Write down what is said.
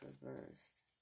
reversed